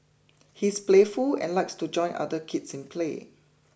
he's playful and likes to join other kids in play